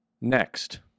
Next